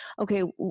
okay